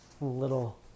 little